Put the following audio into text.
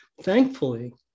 thankfully